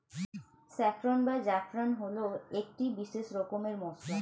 saffron বা জাফরান হল একটি বিশেষ রকমের মশলা